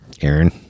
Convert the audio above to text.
Aaron